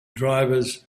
drivers